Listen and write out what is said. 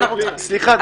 משפט אחד.